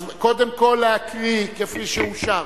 אז קודם כול להקריא כפי שאושר,